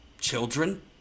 children